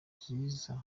byiza